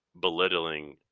belittling